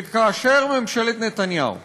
וכאשר ממשלת נתניהו בוחרת,